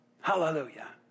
Hallelujah